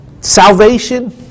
salvation